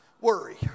worry